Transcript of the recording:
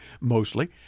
mostly